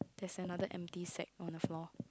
there's another empty sack on the floor